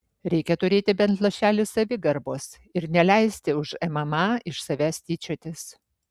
reikia turėti bent lašelį savigarbos ir neleisti už mma iš savęs tyčiotis